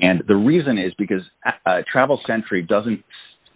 and the reason is because travel sentry doesn't